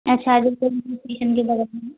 अच्छा के बग़ल में